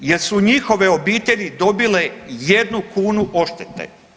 Jesu njihove obitelji dobile jednu kunu odštete?